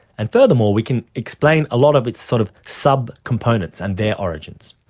and furthermore we can explain a lot of its sort of subcomponents and their origins.